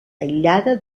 aïllada